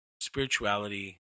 spirituality